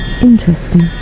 Interesting